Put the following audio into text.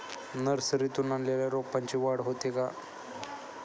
नर्सरीतून आणलेल्या रोपाची वाढ होते का?